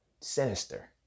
sinister